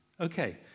Okay